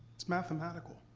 it's mathematical.